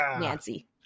Nancy